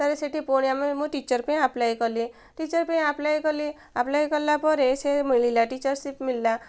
ତା'ପରେ ସେଠି ପୁଣି ଆମେ ମୁଁ ଟିଚର୍ ପାଇଁ ଆପ୍ଲାଏ କଲି ଟିଚର୍ ପାଇଁ ଆପ୍ଲାଏ କଲି ଆପ୍ଲାଏ କଲାପରେ ସେ ମିଳିଲା ଟିଚର୍ସିପ୍ ମିଳିଲା